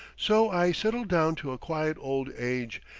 so i settled down to a quiet old age,